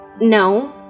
no